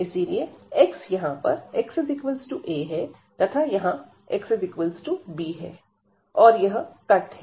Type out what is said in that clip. इसलिए x यहां पर x a है तथा यहां x b है और यह कट है